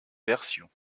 versions